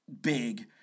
big